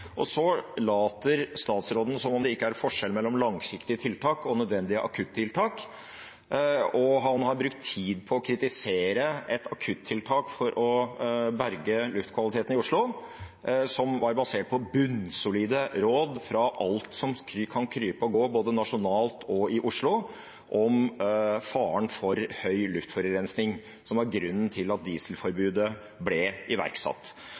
Så later statsråden som om det ikke er forskjell mellom langsiktige tiltak og nødvendige akuttiltak, og han har brukt tid på å kritisere et akuttiltak for å berge luftkvaliteten i Oslo, som var basert på bunnsolide råd fra alt som kan krype og gå, både nasjonalt og i Oslo, om faren for høy luftforurensning, som var grunnen til at dieselforbudet ble iverksatt.